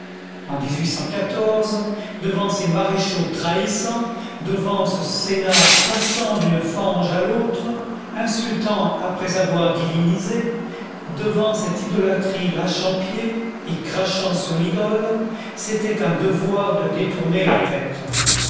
en devant ces maréchaux trahissant devant ce sénat passant d'une fange à l'autre insultant après avoir divinisé devant cette idolâtrie lâchant pied et crachant sur l'idole c'était un devoir de détourner la tête